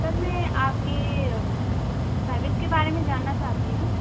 sir मैं आपके service के बारे में जानना चाहती हूँ